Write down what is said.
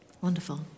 Wonderful